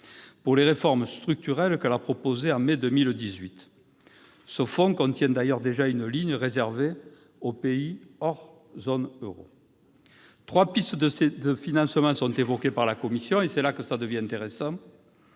pour les réformes structurelles qu'elle a proposé en mai 2018. Ce fonds contient d'ailleurs déjà une ligne réservée aux pays hors zone euro. Trois pistes de financement sont évoquées par la Commission, et c'est là que cela devient intéressant